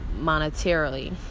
monetarily